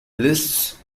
lists